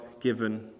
given